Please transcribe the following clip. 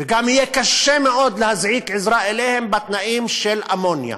וגם יהיה קשה מאוד להזעיק להם עזרה בתנאים של אמוניה.